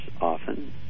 often